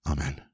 Amen